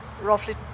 roughly